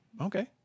okay